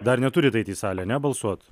dar neturit eit į salę ane balsuot